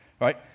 right